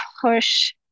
push